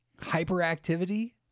hyperactivity